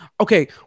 Okay